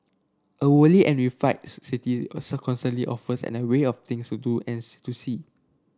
a worldly and refined city constantly offers an array of things to do and to see